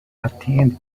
attendees